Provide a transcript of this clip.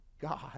God